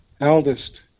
eldest